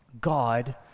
God